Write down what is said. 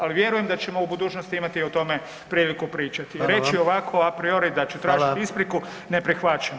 Ali vjerujem da ćemo u budućnosti imati o tome priliku pričati [[Upadica: Hvala vam.]] Reći ću i ovako apriori da ću [[Upadica: Hvala.]] tražiti ispriku ne prihvaćam.